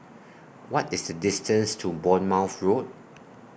What IS The distance to Bournemouth Road